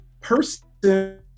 Person